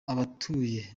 abatuye